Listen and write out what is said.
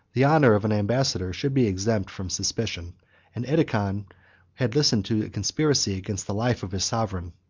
the honor of an ambassador should be exempt from suspicion and edecon had listened to a conspiracy against the life of his sovereign.